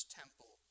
temple